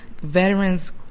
veterans